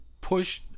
Push